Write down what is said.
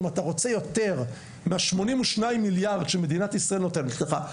אם אתה רוצה יותר מה-82 מיליארד שמדינת ישראל נותנת לך,